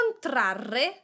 contrarre